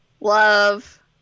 love